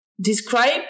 describe